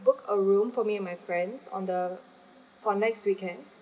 book a room for me and my friends on the for next weekend